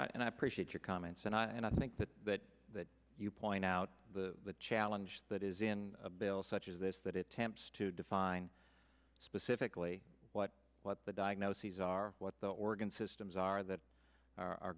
yes and i appreciate your comments and i think that that that you point out the challenge that is in a bill such as this that it tempts to define specifically what what the diagnoses are what the organ systems are that are